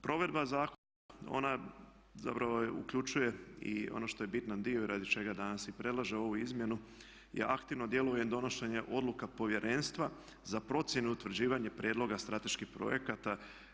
Provedba zakona ona zapravo uključuje i ono što je bitan dio i radi čega danas i predlaže ovu izmjenu je aktivno … donošenje odluka Povjerenstva za procjenu i utvrđivanje prijedloga strateških projekata.